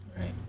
right